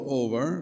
over